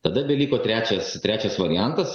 tada beliko trečias trečias variantas